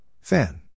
Fan